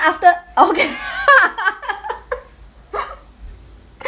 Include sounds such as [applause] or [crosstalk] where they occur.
after okay [laughs]